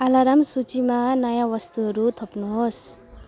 alarm सूचीमा नयाँ वस्तुहरू थप्नुहोस्